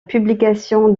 publication